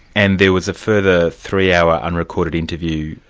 and there was a further three-hour unrecorded interview?